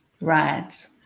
right